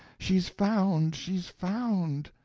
she's found, she's found!